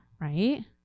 right